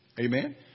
Amen